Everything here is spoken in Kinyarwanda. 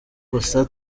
gusa